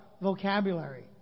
vocabulary